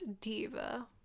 diva